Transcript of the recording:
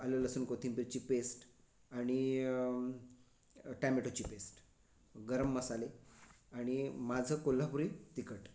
आलं लसूण कोथिंबीरची पेस्ट आणि टॅमेटोची पेस्ट गरम मसाले आणि माझं कोल्हापुरी तिखट